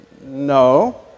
No